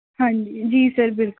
ਹਾਂਜੀ ਜੀ sir bill